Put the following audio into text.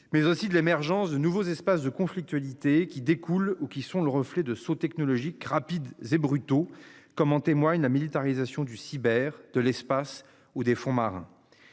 mais aussi de l'émergence de nouveaux espaces de conflictualité qui découle ou qui sont le reflet de sauts technologiques rapides et brutaux comme en témoigne la militarisation du cyber de l'espace ou des fonds marins.